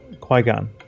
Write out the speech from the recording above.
Qui-Gon